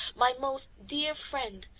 my most dear friend,